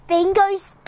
Bingo's